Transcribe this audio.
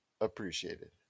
appreciated